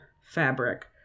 fabric